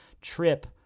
trip